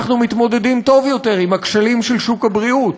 אנחנו מתמודדים טוב יותר עם הכשלים של שוק הבריאות,